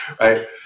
Right